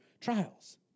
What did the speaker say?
trials